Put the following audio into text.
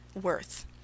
worth